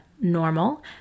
normal